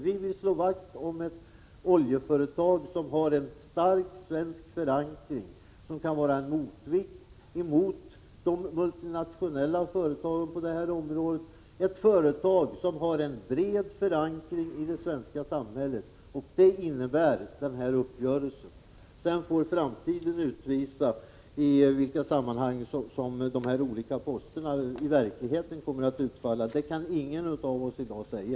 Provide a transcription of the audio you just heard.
Vi vill slå vakt om ett oljeföretag som har en stark förankring på den svenska marknaden och som kan utgöra en motvikt till de multinationella företagen på området. Vi vill alltså ha ett företag som har bred förankring i det svenska samhället, och det är vad den här uppgörelsen innebär. Sedan får framtiden utvisa i vilka sammanhang de olika posterna i verkligheten kommer att utfalla. Det kan ingen av oss i dag säga.